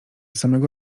samego